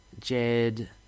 Jed